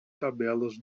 tabelas